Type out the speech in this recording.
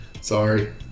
Sorry